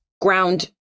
ground